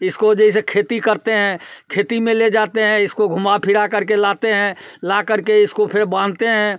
इसको जैसे खेती करते हैं खेती में ले जाते हैं इसको घुमा फिरा करके लाते हैं ला करके इसको फिर बांधते हैं